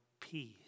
Peace